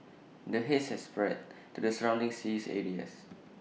the haze has spread to the surrounding sea areas